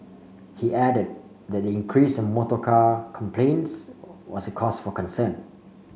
he added that the increase in motorcar complaints was a cause for concern